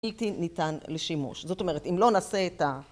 בלתי ניתן לשימוש. זאת אומרת, אם לא נעשה את ה...